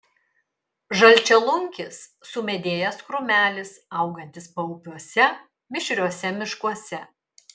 žalčialunkis sumedėjęs krūmelis augantis paupiuose mišriuose miškuose